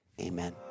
amen